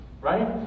right